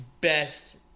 best